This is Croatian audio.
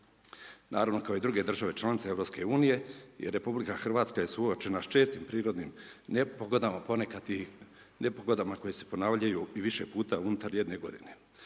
Naravno, kao i druge države članice EU i RH je suočena s čestim prirodnim nepogodama, ponekad i nepogodama koje se ponavljaju i više puta unutar jedne godine,